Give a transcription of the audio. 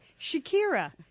Shakira